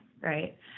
right